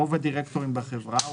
רוב הדירקטורים בחברה,